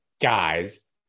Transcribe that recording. guys